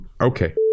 Okay